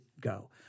go